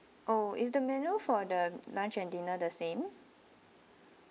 oh is the menu for the lunch and dinner the same